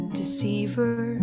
deceiver